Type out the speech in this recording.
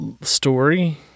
story